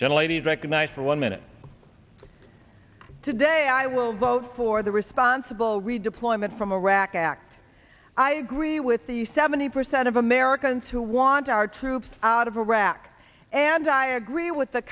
is recognized for one minute today i will vote for the responsible redeployment from iraq act i agree with the seventy percent of americans who want our troops out of iraq and i agree with the